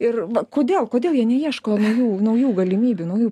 ir kodėl kodėl jie neieško naujų naujų galimybių naujų